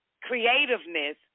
creativeness